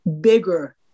bigger